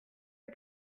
les